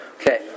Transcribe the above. Okay